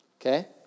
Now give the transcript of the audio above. Okay